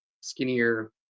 skinnier